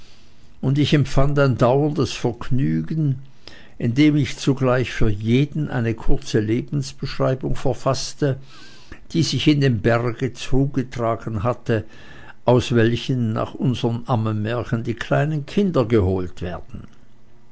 und ich empfand ein dauerndes vergnügen indem ich zugleich für jeden eine kurze lebensbeschreibung verfaßte die sich in dem berge zugetragen hatte aus welchem nach unserm ammenmärchen die kleinen kinder geholt werden